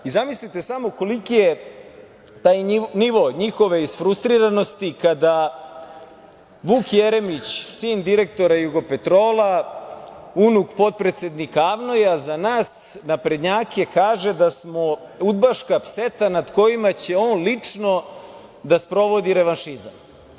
Zamislite samo koliki je taj nivo njihove isfrustriranosti kada Vuk Jeremić, sin direktora „Jugopetrola“, unuk potpredsednika AVNOJ-a, za nas naprednjake kaže da smo udbaška pseta nad kojima će on lično da sprovodi revanšizam.